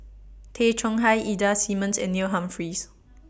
Tay Chong Hai Ida Simmons and Neil Humphreys